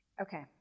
okay